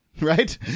Right